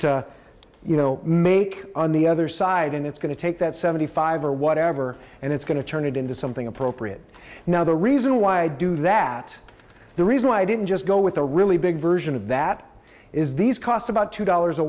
to you know make on the other side and it's going to take that seventy five or whatever and it's going to turn it into something appropriate now the reason why i do that the reason why i didn't just go with a really big version of that is these costs about two dollars a